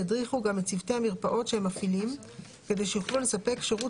ידריכו גם את צוותי המרפאות שהם מפעילים כדי שיוכלו לספק שירות